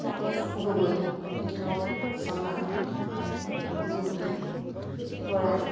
Rakesh Gogoi Dipak Sharma Jumpi Bora